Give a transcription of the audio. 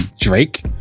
Drake